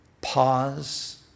pause